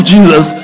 Jesus